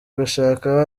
gushaka